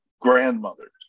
grandmothers